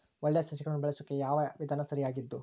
ಒಳ್ಳೆ ಸಸಿಗಳನ್ನು ಬೆಳೆಸೊಕೆ ಯಾವ ವಿಧಾನ ಸರಿಯಾಗಿದ್ದು?